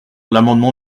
l’amendement